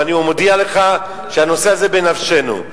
ואני מודיע לך שהנושא הזה בנפשנו,